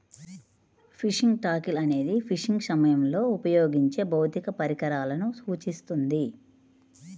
fishing tackle అనేది fishing సమయంలో ఉపయోగించే భౌతిక పరికరాలను సూచిస్తుంది